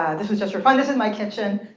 this was just for fun. this is my kitchen.